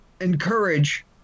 encourage